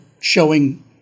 showing